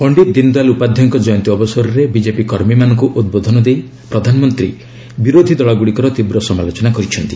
ପଣ୍ଡିତ ଦୀନ୍ ଦୟାଲ୍ ଉପାଧ୍ୟାୟଙ୍କ କୟନ୍ତୀ ଅବସରରେ ବିଜେପି କର୍ମୀମାନଙ୍କୁ ଉଦ୍ବୋଧନ ଦେଇ ପ୍ରଧାନମନ୍ତ୍ରୀ ବିରୋଧି ଦଳଗୁଡ଼ିକର ତୀବ୍ର ସମାଲୋଚନା କରିଛନ୍ତି